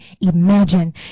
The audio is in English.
imagine